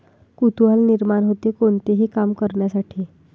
कुतूहल निर्माण होते, कोणतेही काम करण्यासाठी